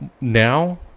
now